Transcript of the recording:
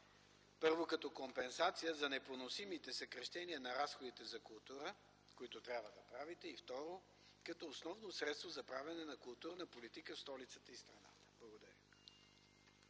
първо, като компенсация за непоносимите съкращения на разходите за култура, които трябва да правите, и второ, като основно средство за правене на културна политика в столицата и в страната? Благодаря.